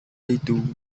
itu